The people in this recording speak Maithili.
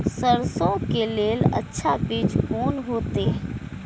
सरसों के लेल अच्छा बीज कोन होते?